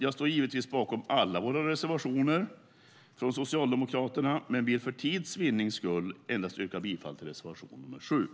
Jag står givetvis bakom alla Socialdemokraternas reservationer, men vill för tids vinnande yrka bifall endast till reservation 7. I detta anförande instämde Lars Johansson, Lars Mejern Larsson, Suzanne Svensson, Hans Unander och Anders Ygeman .